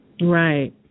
Right